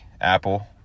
apple